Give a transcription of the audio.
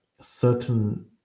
certain